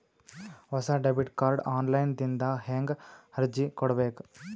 ಹೊಸ debit card online ದಿಂದ ಹೇಂಗ ಅರ್ಜಿ ಕೊಡಬೇಕು?